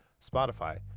Spotify